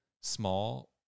small